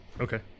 Okay